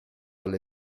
alle